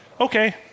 Okay